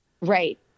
Right